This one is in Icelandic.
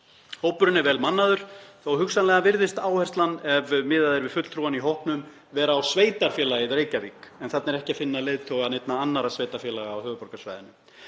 Hópurinn er vel mannaður þó að hugsanlega virðist áherslan, ef miðað er við fulltrúana í hópnum, vera á sveitarfélagið Reykjavík, en þarna er ekki að finna leiðtoga neinna annarra sveitarfélaga á höfuðborgarsvæðinu.